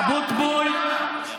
למה אתה לא נלחם על המעונות?